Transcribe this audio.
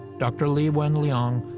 dr. li wenliang,